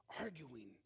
arguing